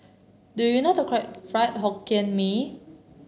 do you know how to cook Fried Hokkien Mee